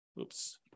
oops